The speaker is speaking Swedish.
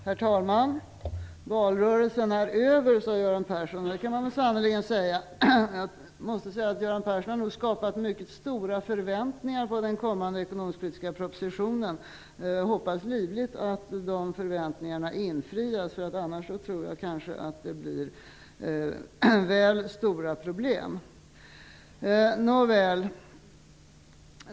Herr talman! Valrörelsen är över, sade Göran Persson. Det kan man sannerligen säga. Göran Persson har nog skapat mycket höga förväntningar vad gäller den kommande ekonomisk-politiska propositionen. Jag hoppas livligt att de förväntningarna infrias, för annars tror jag att det kan bli väl stora problem.